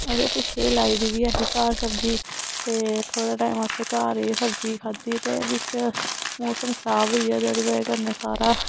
ते पिच्छे लाई दी बी ऐ ही घर सब्जी ते थोह्ड़ा टाइम असें घरै दी सब्जी खाद्धी ते बिच्च मौसम खराब होई गेआ ते ओह्दी बजह कन्नै सारा